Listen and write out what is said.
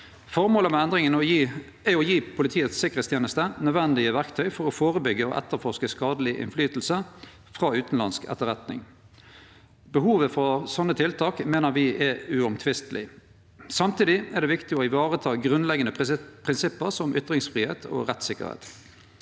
Føremålet med endringane er å gje Politiets tryggingsteneste nødvendige verktøy for å førebyggje og etterforske skadeleg innflytelse frå utanlandsk etterretning. Behovet for slike tiltak meiner me er uomtvisteleg. Samtidig er det viktig å ivareta grunnleggjande prinsipp som ytringsfridom og rettstryggleik.